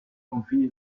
confini